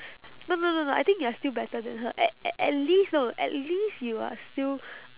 no no no no I think you're still better than her at at at least know at least you are still